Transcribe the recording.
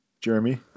Jeremy